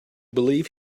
believe